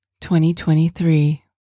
2023